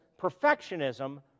perfectionism